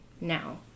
now